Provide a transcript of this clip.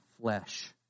flesh